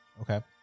Okay